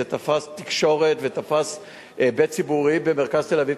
זה תפס תקשורת ותפס היבט ציבורי במרכז תל-אביב,